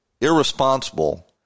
irresponsible